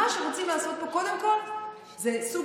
מה שרוצים לעשות פה קודם כול זה סוג